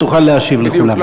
ותוכל להשיב לכולם.